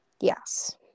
Yes